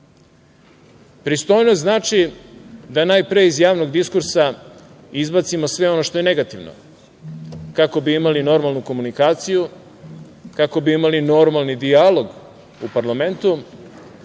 Pristojnost znači da najpre iz javnog diskursa izbacimo sve ono što je negativno kako bi imali normalnu komunikaciju, kako bi imali normalni dijalog u parlamentu.